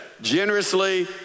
Generously